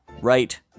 right